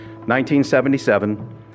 1977